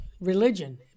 religion